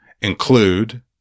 include